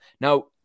now